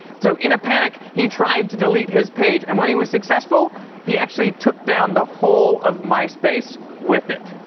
so in a panic, he tried to delete his page. and when he was successful he actually took down the whole of myspace with it.